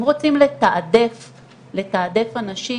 אם רוצים לתעדף אנשים,